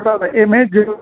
Baba M H zero to